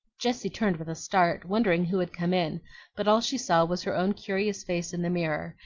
jessie turned with a start, wondering who had come in but all she saw was her own curious face in the mirror,